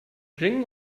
singen